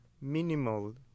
minimal